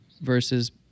versus